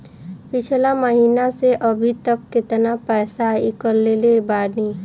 पिछला महीना से अभीतक केतना पैसा ईकलले बानी?